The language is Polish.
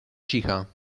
cicha